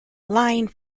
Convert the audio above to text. lying